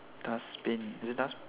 dustbin is it dustbin